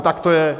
Tak to je.